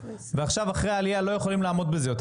ועכשיו אחרי העלייה לא יכולים לעמוד בזה יותר?